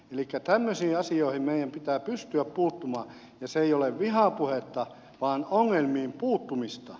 elikkä tämmöisiin asioihin meidän pitää pystyä puuttumaan ja se ei ole vihapuhetta vaan ongelmiin puuttumista